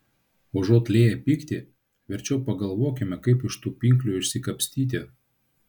užuot lieję pyktį verčiau pagalvokime kaip iš tų pinklių išsikapstyti